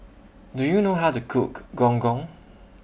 Do YOU know How to Cook Gong Gong